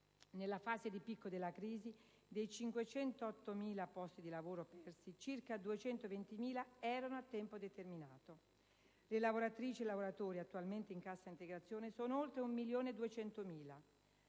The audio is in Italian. Nella fase di picco della crisi, dei 508.000 posti di lavoro persi, circa 220.000 erano a tempo determinato. Le lavoratrici e i lavoratori attualmente in cassa integrazione sono oltre un milione e 200.000.